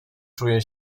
czuje